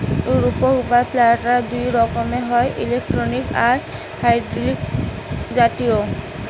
রোপক বা প্ল্যান্টার দুই রকমের হয়, ইলেকট্রিক আর হাইড্রলিক যান্ত্রিক